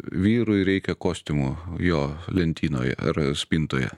vyrui reikia kostiumo jo lentynoje ar spintoje